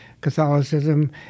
Catholicism